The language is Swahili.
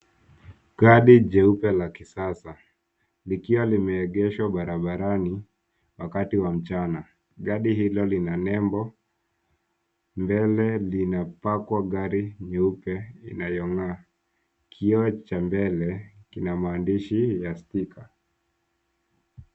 Gari jeupe la kisasa, likiwa limeegeshwa barabarani wakati wa mchana. Gari hilo lina nembo. Mbele linapakwa gari nyeupe inayong'aa. Kioo cha mbele kina maandishi ya sticker .